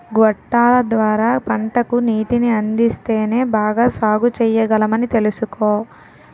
గొట్టాల ద్వార పంటకు నీటిని అందిస్తేనే బాగా సాగుచెయ్యగలమని తెలుసుకో